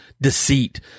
deceit